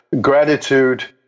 gratitude